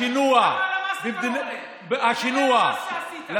השינוע, השינוע, תענה לי על זה.